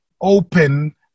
open